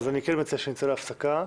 אני מציע שנצא להפסקה.